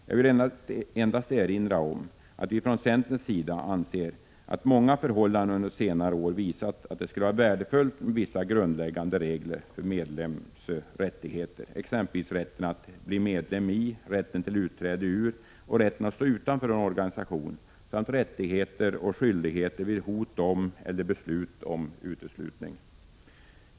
Jag vill endast erinra om att vi från centerns sida anser att många förhållanden under senare år har visat att det skulle vara värdefullt med vissa grundläggande regler om medlems rättigheter, exempelvis rätten att bli medlem i, rätten till utträde ur och rätten att stå utanför en organisation samt rättigheter och skyldigheter vid hot om eller beslut om uteslutning.